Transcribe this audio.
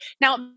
Now